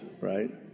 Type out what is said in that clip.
right